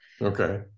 Okay